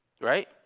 right